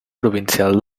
provincial